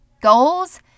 goals